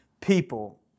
people